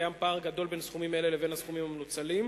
קיים פער גדול בין סכומים אלה לבין הסכומים המנוצלים.